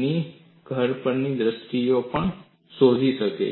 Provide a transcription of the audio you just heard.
ધરપકડના દૃશ્યોની પણ શોધ કરી છે